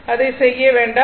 அதைச் செய்ய வேண்டாம்